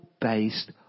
based